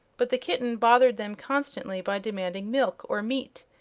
but the kitten bothered them constantly by demanding milk or meat,